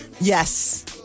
Yes